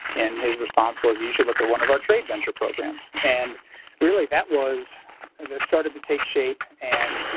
and his response was you should look at one of our trade venture programs. and really that was and that started to take shape. and,